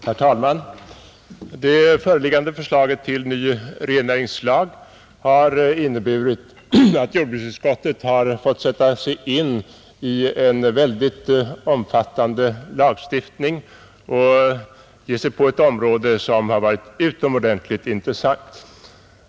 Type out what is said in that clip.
Herr talman! Det föreliggande förslaget till ny rennäringslag har inneburit att jordbruksutskottet fått sätta sig in i en väldigt omfattande lagstiftning och ge sig på ett område som har varit utomordentligt intressant.